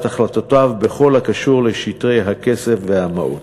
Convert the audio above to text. החלטותיו בכל הקשור לשטרי הכסף והמעות.